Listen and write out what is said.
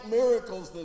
miracles